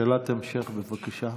שאלת המשך, בבקשה.